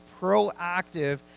proactive